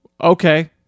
okay